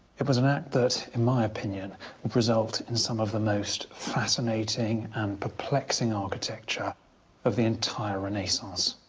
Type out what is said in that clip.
it was an act that, in my opinion, would result in some of the most fascinating and perplexing architecture of the entire renaissance.